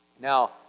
Now